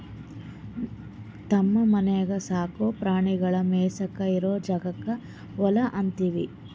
ತಮ್ಮ ಮನ್ಯಾಗ್ ಸಾಕೋ ಪ್ರಾಣಿಗಳಿಗ್ ಮೇಯಿಸಾಕ್ ಇರೋ ಜಾಗಕ್ಕ್ ಹೊಲಾ ಅಂತೀವಿ